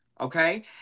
okay